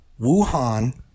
Wuhan